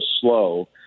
slow